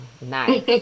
Nice